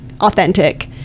authentic